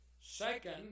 Second